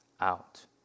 out